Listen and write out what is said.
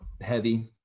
heavy